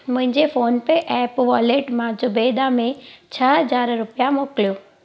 मुंहिंजे PhonePe app wallet मां जुबैदा में छह हज़ार रुपिया मोकिलियो